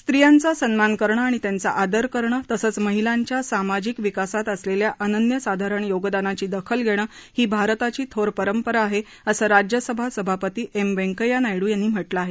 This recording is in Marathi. स्त्रीयांचा सन्मान करणं आणि त्यांचा आदर करणं तसंच महिलांच्या सामाजिक विकासात असलेल्या अनन्यसाधारण योगदानाची दखल घेणं ही भारताची थोर परंपरा आहे असं राज्यसभा सभापती एम व्यंकय्या नायडू यांनी म्हटलं आहे